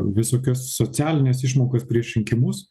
visokias socialines išmokas prieš rinkimus